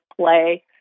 play